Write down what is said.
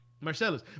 Marcellus